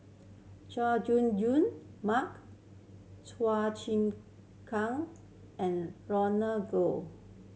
Chay Jung Jun Mark Chua Chim Kang and